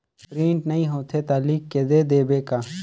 Print नइ होथे ता लिख के दे देबे का?